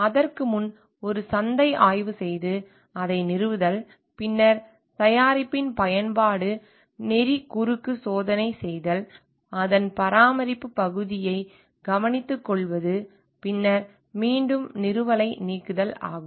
அதற்கு முன் ஒரு சந்தை ஆய்வு செய்து பின்னர் அதை நிறுவுதல் பின்னர் தயாரிப்பின் பயன்பாடு பற்றி குறுக்கு சோதனை செய்தல் அதன் பராமரிப்பு பகுதியை கவனித்துக்கொள்வது பின்னர் மீண்டும் நிறுவலை நீக்குதல் ஆகும்